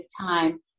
time